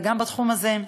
וגם בתחום הזה.